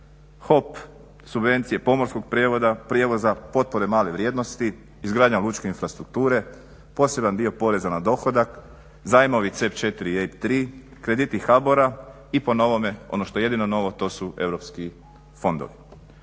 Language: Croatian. HOP, subvencije pomorskog prijevoza, potpore male vrijednosti, izgradnja lučke infrastrukture, poseban dio poreza na dohodak, zajmovi CEB 4 i EIB 3 krediti HBOR-a i po novome ono što je jedino novo to su europski fondovi.